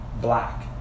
black